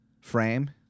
frame